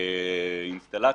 אינסטלציה,